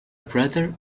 brother